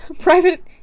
private